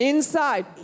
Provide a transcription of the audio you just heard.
Inside